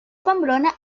pamplona